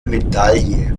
medaille